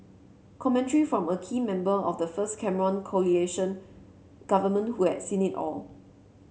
commentary from a key member of the first Cameron coalition government who at seen it all